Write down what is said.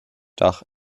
dach